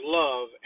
love